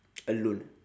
alone